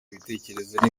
ibitekerezo